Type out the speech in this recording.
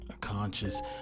conscious